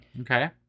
Okay